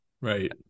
Right